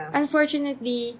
unfortunately